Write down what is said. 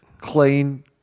clean